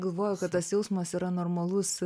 galvoju kad tas jausmas yra normalus